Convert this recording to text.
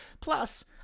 plus